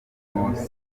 mossi